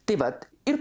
taip vat ir